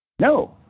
No